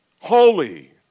holy